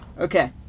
Okay